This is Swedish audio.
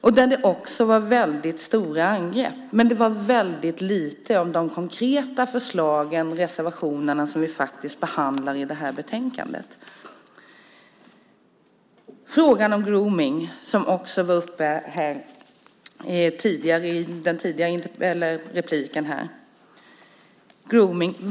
Det var också väldigt stora angrepp, men det var väldigt lite om de konkreta förslag i reservationerna som vi behandlar i det här betänkandet. Frågan om grooming var uppe i den tidigare repliken.